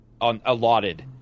allotted